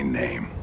name